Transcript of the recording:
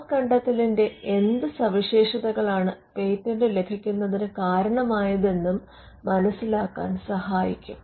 ആ കണ്ടെത്തലിന്റെ എന്ത് സവിശേഷതകളാണ് പേറ്റന്റ് ലഭിക്കുന്നതിന് കാരണമായത് എന്നും മനസിലാക്കാൻ സഹായിക്കും